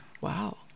Wow